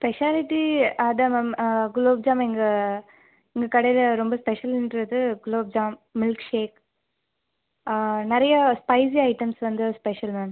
speciality அதுதான் ma'am gulab jam எங்கள் எங்கள் கடையில ரொம்ப ஸ்பெஷல்ன்றது குலோப்ஜாம் மில்ஷேக் நிறையா ஸ்பைசி ஐட்டம்ஸ் வந்து ஸ்பெஷல் மேம்